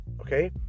Okay